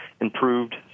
improved